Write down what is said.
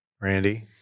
Randy